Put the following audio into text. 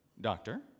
Doctor